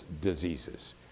diseases